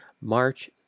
March